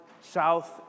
south